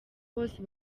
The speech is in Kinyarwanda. bose